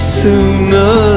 sooner